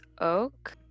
Oak